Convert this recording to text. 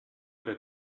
der